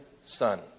son